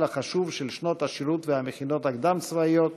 החשוב של שנות השירות והמכינות הקדם-צבאיות: